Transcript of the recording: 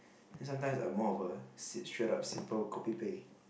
then sometimes I'm more of a shred up simple kopi peng